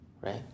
right